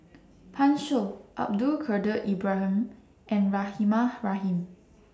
Pan Shou Abdul Kadir Ibrahim and Rahimah Rahim